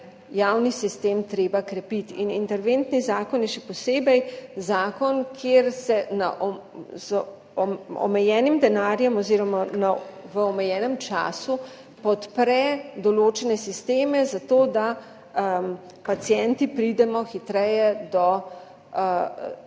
javni sistem treba krepiti. Interventni zakon je še posebej zakon, kjer se z omejenim denarjem oziroma v omejenem času podpre določene sisteme zato, da pacienti pridemo hitreje do